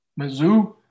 Mizzou